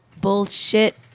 bullshit